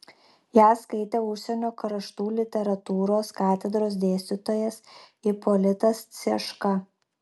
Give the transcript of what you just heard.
ją skaitė užsienio kraštų literatūros katedros dėstytojas ipolitas cieška